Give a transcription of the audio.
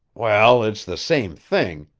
well, it's the same thing.